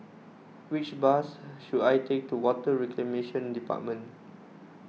which bus should I take to Water Reclamation Department